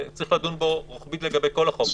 וצריך לדון בו רוחבית לגבי כל החוק,